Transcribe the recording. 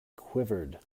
quivered